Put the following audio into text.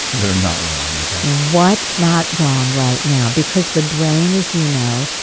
that are not wrong, okay. what's not wrong right now? because the brain, as you know,